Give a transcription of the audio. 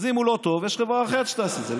אז אם הוא לא טוב, יש חברה אחרת שתעשה את זה.